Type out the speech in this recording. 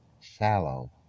shallow